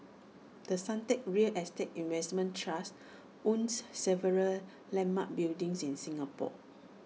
the Suntec real estate investment trust owns several landmark buildings in Singapore